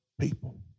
people